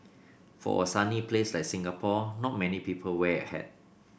for a sunny place like Singapore not many people wear a hat